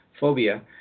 phobia